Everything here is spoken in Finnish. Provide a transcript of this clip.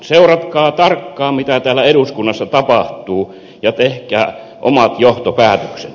seuratkaa tarkkaan mitä täällä eduskunnassa tapahtuu ja tehkää omat johtopäätöksenne